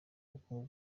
bukungu